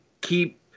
keep